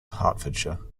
hertfordshire